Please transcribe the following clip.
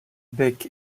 bec